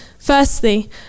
Firstly